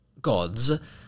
gods